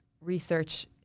research